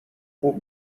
خوب